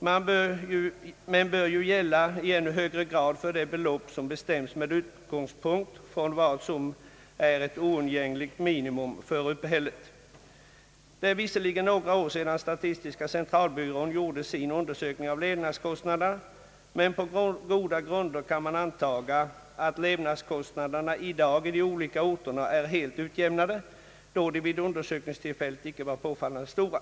Men det bör i ännu högre grad gälla för de belopp som bestäms med utgångspunkt från vad som är ett oundgängligt minimum för uppehället. Det är visserligen några år sedan statistiska centralbyrån gjorde sin undersökning av levnadskostnaderna, men man kan på goda grunder antaga att dessa i dag är helt utjämnade i de olika orterna, då skillnaderna vid undersökningstillfället inte var påfallande stora.